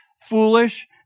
foolish